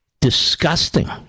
disgusting